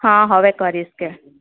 હા હવે કરીશ કે